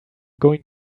going